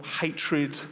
hatred